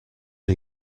are